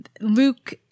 Luke